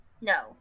No